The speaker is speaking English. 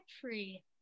free